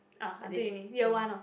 ah until uni year one ah